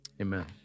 Amen